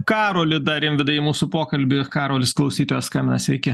karolį dar rimvydai į mūsų pokalbį karolis klausytojas skambina sveiki